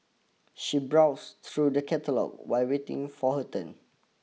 she browsed through the catalogue while waiting for her turn